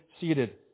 seated